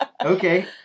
Okay